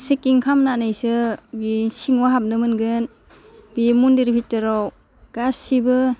सिकिं खामनानैसो बे सिङाव हाबनो मोनगोन बे मन्दिर बिथोराव गासिबो